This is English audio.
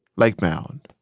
lakebound.